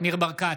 ניר ברקת,